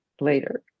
later